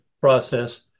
process